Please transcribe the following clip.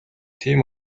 тийм